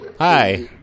Hi